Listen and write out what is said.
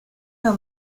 her